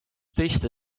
teiste